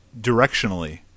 directionally